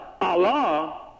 Allah